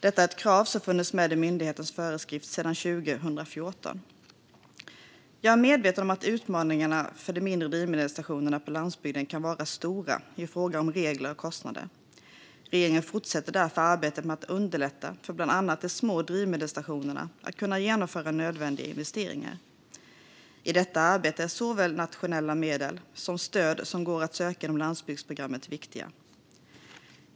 Detta är ett krav som funnits med i myndighetens föreskrift sedan 2014. Jag är medveten om att utmaningarna för mindre drivmedelsstationer på landsbygderna kan vara stora i fråga om regler och kostnader. Regeringen fortsätter därför arbetet med att underlätta för bland annat de små drivmedelsstationerna att kunna genomföra nödvändiga investeringar. I detta arbete är såväl nationella medel som de stöd som går att söka inom landsbygdsprogrammet viktiga.